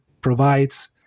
provides